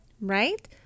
Right